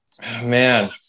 man